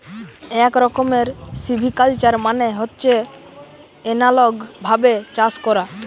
এক রকমের সিভিকালচার মানে হচ্ছে এনালগ ভাবে চাষ করা